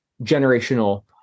generational